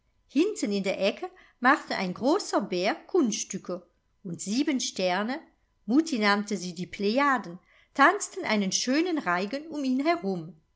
hinten in der ecke machte ein großer bär kunststücke und sieben sterne mutti nannte sie die plejaden tanzten einen schönen reigen um ihn herum